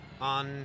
on